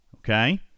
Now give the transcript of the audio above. okay